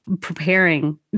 preparing